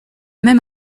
même